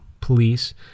police